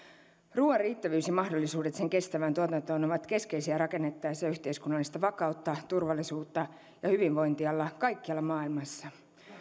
ruuan riittävyys ja mahdollisuudet sen kestävään tuotantoon ovat keskeisiä rakennettaessa yhteiskunnallista vakautta turvallisuutta ja hyvinvointia kaikkialla maailmassa